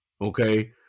okay